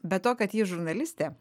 be to kad ji žurnalistė